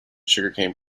sugarcane